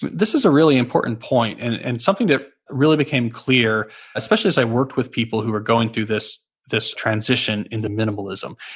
this is a really important point and and something that really became clear especially as i worked with people who were going through this this transition into minimalism,